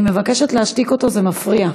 אני מבקשת להשתיק אותו, זה מפריע.